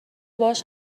باهاش